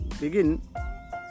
begin